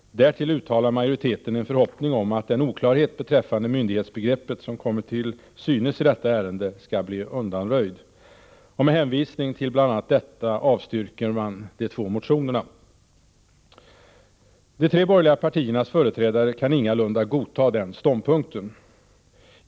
Därtill uttalar majoriteten en förhoppning att den oklarhet beträffande myndighetsbegreppet som kommer till synes i detta ärende skall bli undanröjd, och med hänvisning till bl.a. detta avstyrker man de två motionerna. De tre borgerliga partiernas företrädare kan ingalunda godta den ståndpunkten.